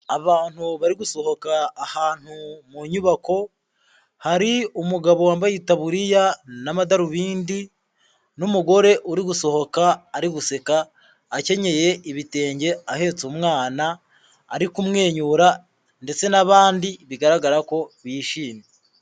Abantu bari gusohoka ahantu mu nyubako, hari umugabo wambaye itaburiya n'amadarubindi n'umugore uri gusohoka ari guseka akenyeye ibitenge ahetse umwana, ari kumwenyura ndetse n'abandi bigaragara ko bishimye.